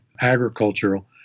agricultural